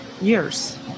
years